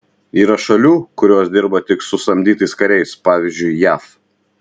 yra šalių kurios dirba tik su samdytais kariais pavyzdžiui jav